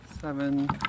seven